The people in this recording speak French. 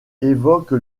évoque